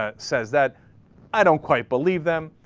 ah says that i don't quite believe them